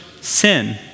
sin